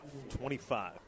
25